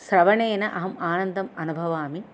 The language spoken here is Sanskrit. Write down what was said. श्रवणेन अहं आनन्दम् अनुभवामि